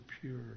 pure